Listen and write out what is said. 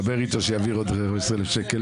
דבר איתו שיעביר עוד 15,000 שקל.